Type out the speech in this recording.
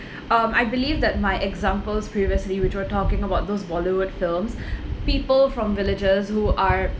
um I believe that my examples previously which we're talking about those bollywood films people from villages who are